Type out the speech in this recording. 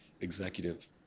executive